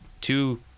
two